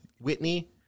Whitney